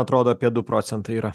atrodo apie du procentai yra